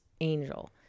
Angel